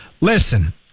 Listen